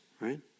right